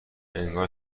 انگار